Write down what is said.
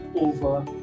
over